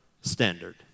standard